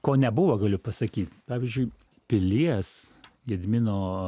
ko nebuvo galiu pasakyt pavyzdžiui pilies gedimino